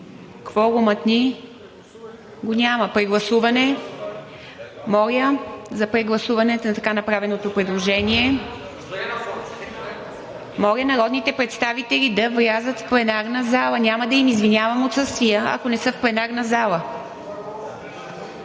кворумът ни го няма. Моля за прегласуване на така направеното предложение. Моля народните представители да влязат в пленарната зала. Няма да им извинявам отсъствия, ако не са в пленарната зала.